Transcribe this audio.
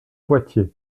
poitiers